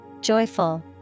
Joyful